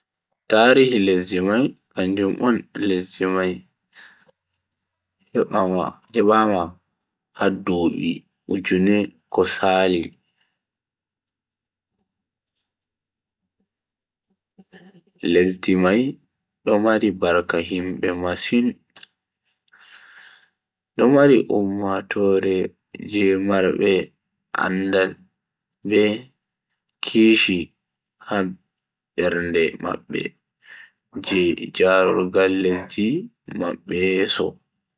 Tarihi lesdi mai kanjum on lesdi mai hebaama ha dubi ujune ko saali. lesdi mai do mari barka himbe masin, do mari ummatoore je marbe andal be kishi ha bernde mabbe je jarugal lesdi mabbe yeso.